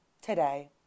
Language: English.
today